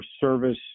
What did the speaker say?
service